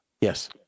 Yes